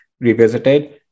Revisited